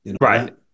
Right